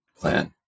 plan